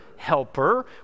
helper